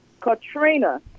katrina